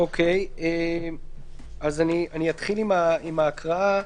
אני אתחיל בהקראה